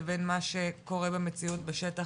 לבין מה שקורה במציאות בשטח.